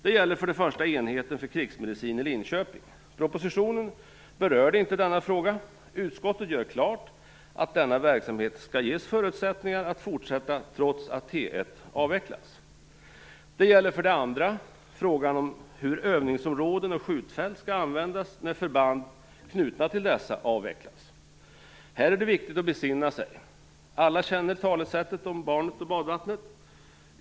Det gäller för det första enheten för krigsmedicin i Utskottet gör klart att denna verksamhet skall ges förutsättningar att fortsätta trots att T 1 avvecklas. Det gäller för det andra frågan om hur övningsområden och skjutfält skall användas när förband knutna till dessa avvecklas. Här är det viktigt att besinna sig. Alla känner talesättet om barnet och badvattnet.